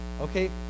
Okay